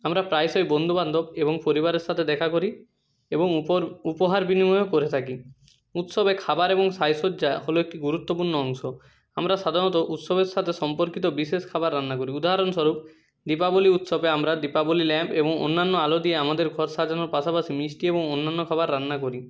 আমরা প্রায়শই বন্ধুবান্ধব এবং পরিবারের সাথে দেখা করি এবং উপর উপহার বিনিময়ও করে থাকি উৎসবে খাবার এবং সাজসজ্জা হলো একটি গুরুত্বপূর্ণ অংশ আমরা সাধারণত উৎসবের সাথে সম্পর্কিত বিশেষ খাবার রান্না করি উদাহরণস্বরূপ দীপাবলি উৎসবে আমরা দীপাবলি ল্যাম্প এবং অন্যান্য আলো দিয়ে আমাদের ঘর সাজানোর পাশাপাশি মিষ্টি এবং অন্যান্য খাবার রান্না করি